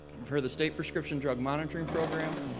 we've heard the state prescription drug monitoring program.